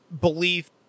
belief